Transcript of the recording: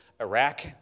Iraq